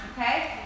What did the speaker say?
okay